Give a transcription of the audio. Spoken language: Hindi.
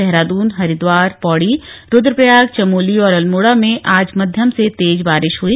देहरादून हरिद्वार पौड़ी रूद्रप्रयाग चमोली और अल्मोड़ा में आज मध्यम से तेज बारिश हुई